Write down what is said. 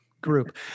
group